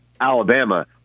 Alabama